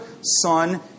Son